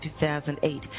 2008